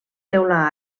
teula